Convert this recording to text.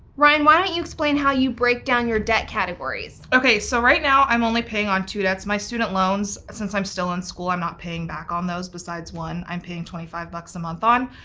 ryen, why don't you explain how you break down your debt categories? okay, so right now, i'm only paying on two debts, my student loans, since i'm still i school i'm not paying back on those besides one i'm paying twenty five bucks a month on.